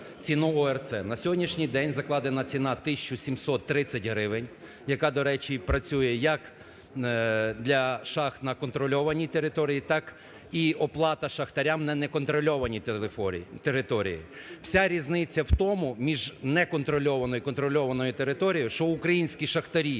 На сьогоднішній день закладена ціна 1 тисячу 730 гривень, яка до речі і працює як для шах на контрольований території, так і оплата шахтарям на неконтрольованій території. Вся різниця в тому між не контрольованою і контрольованою територією, що українські шахтарі